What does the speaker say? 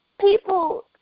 people